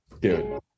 dude